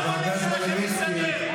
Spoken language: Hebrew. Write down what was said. חבר הכנסת מלביצקי,